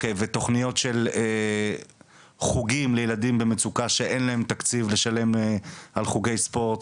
ותכניות של חוגים לילדים שאין להם תקציב לשלם על חוגי ספורט?